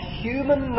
human